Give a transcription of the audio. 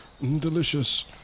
delicious